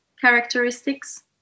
characteristics